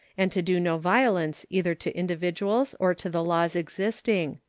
and to do no violence either to individuals or to the laws existing.